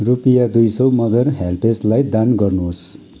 रुपियाँ दुई सौ मदर हेल्प्जलाई दान गर्नुहोस्